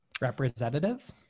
Representative